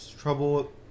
trouble